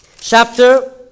chapter